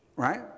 Right